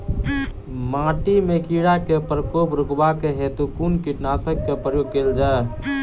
माटि मे कीड़ा केँ प्रकोप रुकबाक हेतु कुन कीटनासक केँ प्रयोग कैल जाय?